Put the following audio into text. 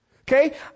Okay